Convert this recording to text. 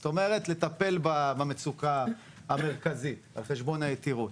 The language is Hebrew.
זאת אומרת, לטפל במצוקה המרכזית על חשבון היתירות.